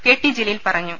K T Jaleel പറ ഞ്ഞു